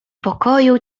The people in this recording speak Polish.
pokoju